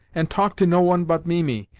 and talk to no one but mimi,